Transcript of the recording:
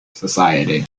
society